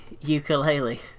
ukulele